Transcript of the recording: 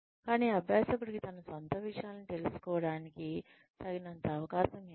కానీ అభ్యాసకుడికి తన స్వంత విషయాలను తెలుసుకోవడానికి తగినంత అవకాశం ఇవ్వండి